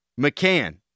McCann